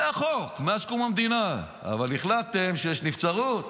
זה החוק מאז קום המדינה, אבל החלטתם שיש נבצרות,